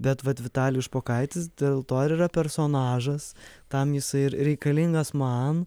bet vat vitalijus špokaitis dėl to ir yra personažas tam jisai ir reikalingas man